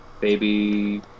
baby